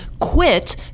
quit